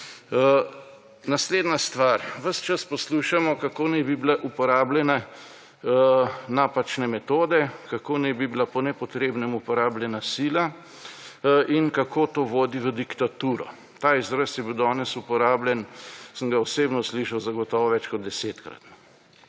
Naslednja stvar. Ves čas poslušamo, kako naj bi bile uporabljene napačne metode, kako naj bi bila po nepotrebnem uporabljena sila in kako to vodi v diktaturo. Ta izraz je bil danes uporabljen, sem ga osebno slišal zagotovo več kot desetkrat.